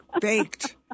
baked